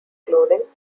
clothing